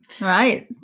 right